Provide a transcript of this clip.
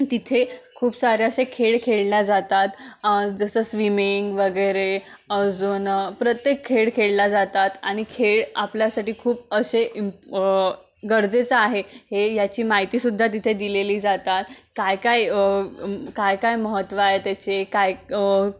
तिथे खूप सारे अशे खेळ खेळल्या जातात जसं स्विमिंग वगैरे अजुन प्रत्येक खेळ खेळल्या जातात आणि खेळ आपल्यासाठी खूप असे इम गरजेचं आहे हे याची माहितीसुद्धा तिथे दिलेली जातात काय काय काय काय महत्त्व आहे त्याचे काय